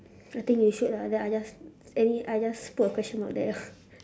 I think we should ah then I just any I just put a question mark there ah